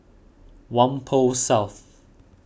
Whampoa South